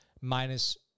minus